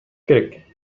керек